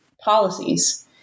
policies